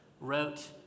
wrote